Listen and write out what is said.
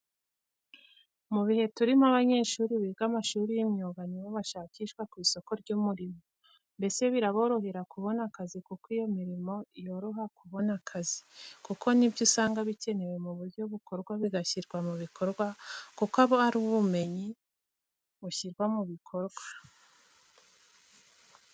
Mu bihe turimo abanyeshuri biga amashuri y'imyuga ni bo bashakishwa ku isoko ry'umurimo, mbese biraborohera kubona akazi kuko ni yo mirimo yoroha kubona akazi kuko ni byo usanga bikenerwa mu buryo bukorwa bigashyirwa mu bikorwa kuko aba ari ubumenyi bushyirwa mu bikorwa.